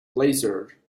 leisure